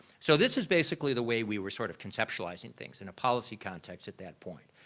so this is basically the way we were sort of conceptualizing things in a policy context at that point.